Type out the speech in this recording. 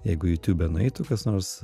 jeigu į youtube nueitų kas nors